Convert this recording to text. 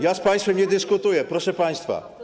Ja z państwem nie dyskutuje, proszę państwa.